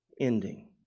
Ending